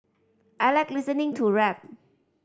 I like listening to rap